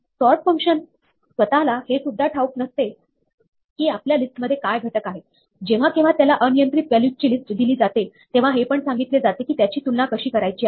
sort फंक्शनला स्वतःला हेसुद्धा ठाऊक नसते की आपल्या लिस्ट मध्ये काय घटक आहेत जेव्हा केव्हा त्याला अनियंत्रित व्हॅल्यूज ची लिस्ट दिली जाते तेव्हा हे पण सांगितले जाते की त्याची तुलना कशी करायची आहे